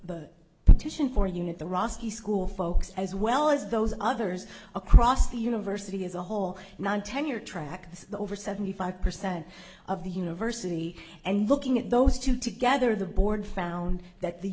the petition for unit the roski school folks as well as those others across the university as a whole non tenure track this over seventy five percent of the university and looking at those two together the board found that the